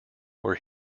where